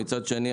ומצד שני,